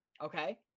okay